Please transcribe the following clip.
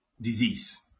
disease